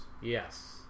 Yes